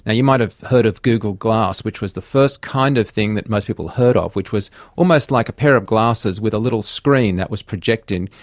and you might have heard of google glass which was the first kind of thing that most people heard of, which was almost like a pair of glasses with a little screen that was projecting.